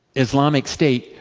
islamic state,